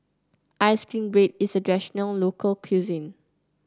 ice cream bread is a traditional local cuisine